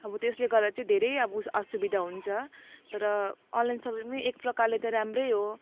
अब त्यसले गर्दा चाहिँ धेरै अब असुविधा हुन्छ तर अनलाइन सपिङ पनि एक प्रकारले त राम्रै हो